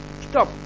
stop